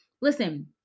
Listen